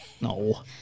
No